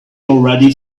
already